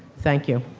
thank you.